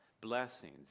blessings